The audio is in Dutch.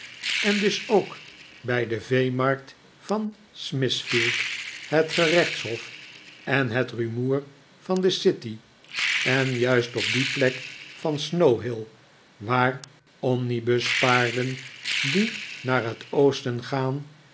en dus ook bij de veemarkt van smithfield het gerechtshof en het rumoer van de city en juist op die plek van snow hill waar omnibuspaarden die naar het oosten gaan